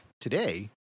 today